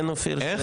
כן אופיר?